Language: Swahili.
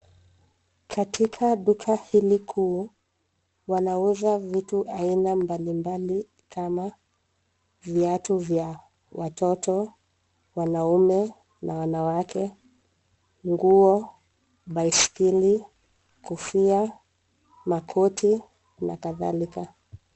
Katika duka hili kuu wanauza vitu aina mbalimbali kama viatu vya watoto, wanaume na wanawake. Nguo, baiskeli, kofia, makoti na kadhalika.